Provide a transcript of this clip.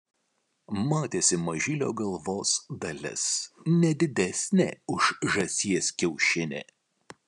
matėsi mažylio galvos dalis ne didesnė už žąsies kiaušinį